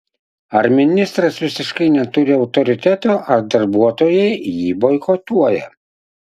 ar ministras visiškai neturi autoriteto ar darbuotojai jį boikotuoja